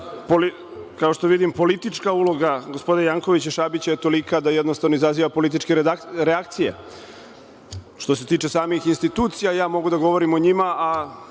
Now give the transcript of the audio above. kao što vidim politička uloga gospodina Jankovića, Šabića je tolika da jednostavno izaziva političke reakcije. Što se tiče samih institucija, mogu da govorim o njima, kao